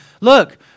look